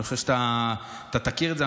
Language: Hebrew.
אני חושב שאתה תכיר את זה.